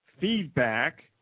feedback